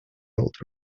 road